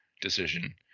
decision